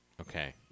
okay